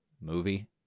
movie